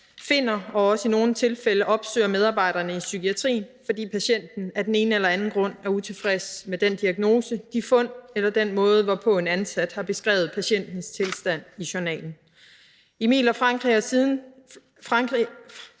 dem og også i nogle tilfælde opsøger medarbejderne i psykiatrien, fordi en patient af den ene eller den anden grund er utilfreds med den diagnose eller den måde, hvorpå en ansat har beskrevet patientens tilstand i journalen. Emil og Frankie har siden